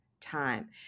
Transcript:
time